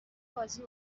بازی